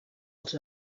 els